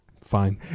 Fine